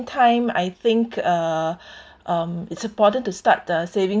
time I think uh um it's important to start the saving